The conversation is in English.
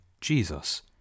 Jesus